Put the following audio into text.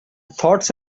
thoughts